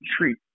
treat